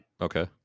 Okay